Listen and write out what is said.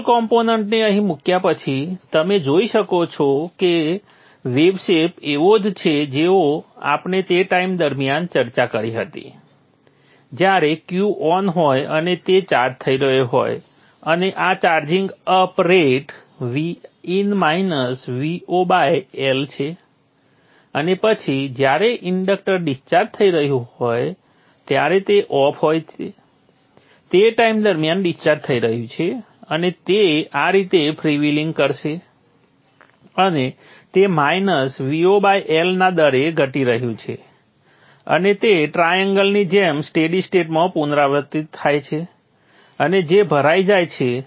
ripple કોમ્પોનન્ટને અહીં મૂક્યા પછી તમે જોઈ શકશો કે વેવશેપ એવો જ છે જેવો આપણે તે ટાઈમ દરમિયાન ચર્ચા કરી હતી જ્યારે Q ઓન હોય અને તે ચાર્જ થઈ રહ્યો હતો અને આ charging up rate Vin - Vo L છે અને પછી જ્યારે ઇન્ડક્ટર ડિસ્ચાર્જ થઈ રહ્યું હોય ત્યારે તે ઓફ હોય તે ટાઈમ દરમિયાન ડિસ્ચાર્જ થઈ રહ્યું છે અને તે આ રીતે ફ્રી વ્હીલિંગ કરે છે અને તે માઈનસ VoL ના દરે ધટી રહ્યું છે અને તે ટ્રાએંગલ ની જેમ સ્ટેડી સ્ટેટમાં પુનરાવર્તિત થાય છે અને જે ભરાઈ જાય છે